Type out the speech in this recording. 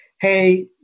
hey